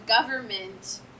government